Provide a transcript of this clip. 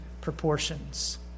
proportions